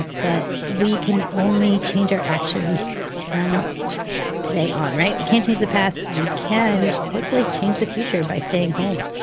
but we can only change our actions from today on, right? we can't change the past. we can. yeah. hopefully change the future by staying home